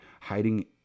hiding